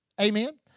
Amen